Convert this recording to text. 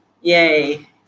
Yay